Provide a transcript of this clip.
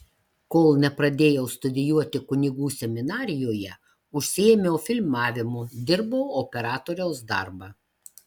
kol nepradėjau studijuoti kunigų seminarijoje užsiėmiau filmavimu dirbau operatoriaus darbą